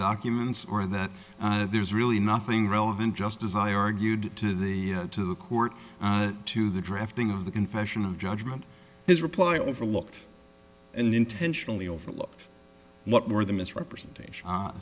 documents or that there's really nothing relevant just desire argued to the to the court to the drafting of the confession of judgment his reply overlooked and intentionally overlooked what were the misrepresentation